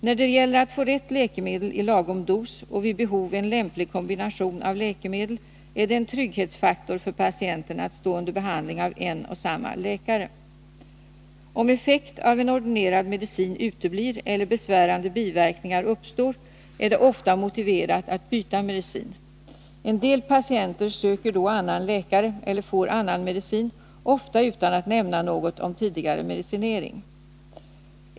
När det gäller att få rätt läkemedel i lagom dos och vid behov en lämplig kombination av läkemedel är det en trygghetsfaktor för patienten att stå under behandling av en och samma läkare. Om effekt av en ordinerad medicin uteblir eller besvärande biverkningar uppstår är det ofta motiverat att byta medicin. En del patienter söker då annan läkare och får annan medicin, ofta utan att nämna något om tidigare medicinering.